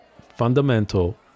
fundamental